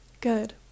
Good